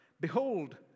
Behold